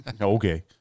Okay